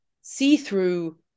see-through